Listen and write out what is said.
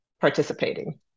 participating